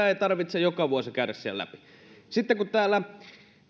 ei tarvitse joka vuosi käydä siellä läpi sitten täällä